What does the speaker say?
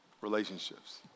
relationships